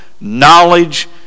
knowledge